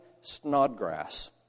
Snodgrass